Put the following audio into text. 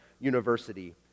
university